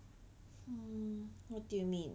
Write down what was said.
mm what do you mean